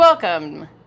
Welcome